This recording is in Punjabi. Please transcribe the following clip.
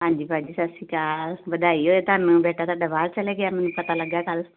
ਹਾਂਜੀ ਭਾਅ ਜੀ ਸਤਿ ਸ਼੍ਰੀ ਅਕਾਲ ਵਧਾਈ ਹੋਵੇ ਤੁਹਾਨੂੰ ਬੇਟਾ ਤੁਹਾਡਾ ਬਾਹਰ ਚਲੇ ਗਿਆ ਮੈਨੂੰ ਪਤਾ ਲੱਗਾ ਕੱਲ੍ਹ